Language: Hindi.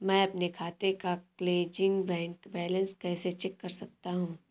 मैं अपने खाते का क्लोजिंग बैंक बैलेंस कैसे चेक कर सकता हूँ?